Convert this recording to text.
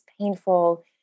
painful